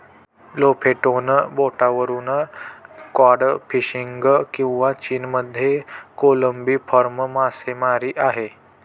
Lofoten बेटावरून cod fishing किंवा चीनमध्ये कोळंबी फार्म मासेमारी आहे